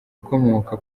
ukomoka